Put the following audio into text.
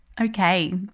Okay